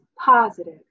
positive